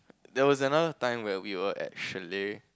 there was another time where we were at chalet